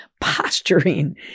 posturing